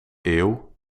eeuw